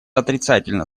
отрицательно